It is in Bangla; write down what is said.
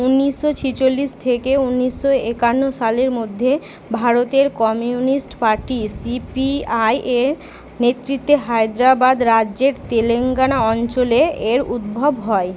ঊনিশশো ছেচল্লিশ থেকে ঊনিশশো একান্ন সালের মধ্যে ভারতের কমিউনিস্ট পার্টি সিপিআই এর নেতৃত্বে হায়দ্রাবাদ রাজ্যের তেলেঙ্গানা অঞ্চলে এর উদ্ভব হয়